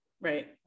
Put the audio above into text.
Right